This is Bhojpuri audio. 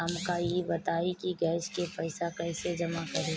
हमका ई बताई कि गैस के पइसा कईसे जमा करी?